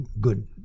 good